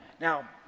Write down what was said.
Now